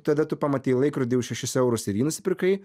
tada tu pamatei laikrodį už šešis eurus ir jį nusipirkai